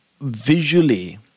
visually